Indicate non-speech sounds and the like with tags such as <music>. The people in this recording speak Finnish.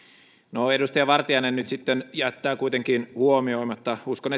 no edustaja vartiainen nyt sitten jättää kuitenkin tietoisesti uskon <unintelligible>